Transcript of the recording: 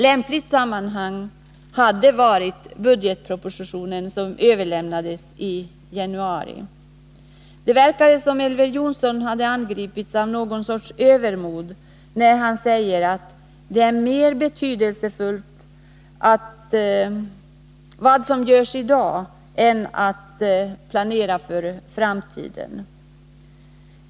Lämpligt sammanhang hade varit vid budgetpropositionens överlämnande i januari. Det verkar som om Elver Jonsson hade gripits av något slags övermod när han säger att vad som görs i dag är mera betydelsefullt än att planera för framtiden.